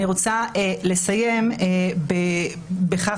אני רוצה לסיים בכך,